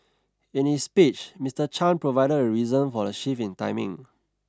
in his speech Mister Chan provided the reason for the shift in timing